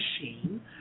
machine